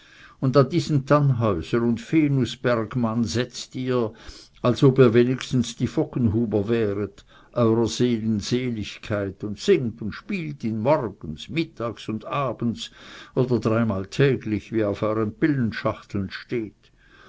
und an diesen tannhäuser und venusbergmann setzt ihr als ob ihr wenigstens die voggenhuber wäret eurer seelen seligkeit und singt und spielt ihn morgens mittags und abends oder dreimal täglich wie auf euren pillenschachteln steht